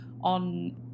on